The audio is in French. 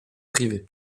privée